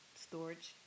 storage